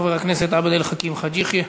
חבר הכנסת עבד אל חכים חאג' יחיא.